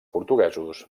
portuguesos